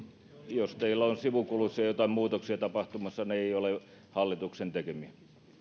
jos teillä on sivukuluissa joitain muutoksia tapahtumassa ne eivät ole hallituksen tekemiä ja